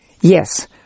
Yes